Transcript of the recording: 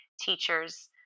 teachers